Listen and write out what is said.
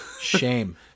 Shame